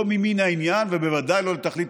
לא ממין העניין ובוודאי לא לתכלית